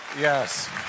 Yes